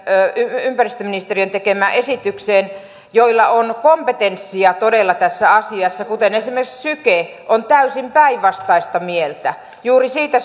ympäristöministeriön tekemään esitykseen joilla on kompetenssia todella tässä asiassa kuten esimerkiksi syke ovat täysin päinvastaista mieltä juuri siitä